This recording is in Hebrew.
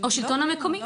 או השלטון המקומי,